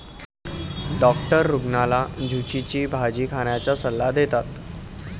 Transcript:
doctor रुग्णाला झुचीची भाजी खाण्याचा सल्ला देतात